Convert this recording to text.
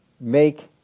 make